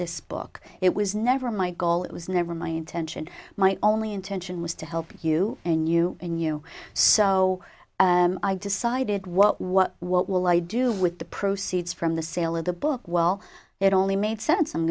this book it was never my goal it was never my intention my only intention was to help you and you and you so i decided what what what will i do with the proceeds from the sale of the book well it only made sense i'm